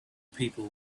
people